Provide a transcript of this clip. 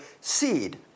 seed